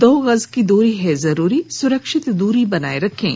दो गज की दूरी है जरूरी सुरक्षित दूरी बनाए रखें